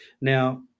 now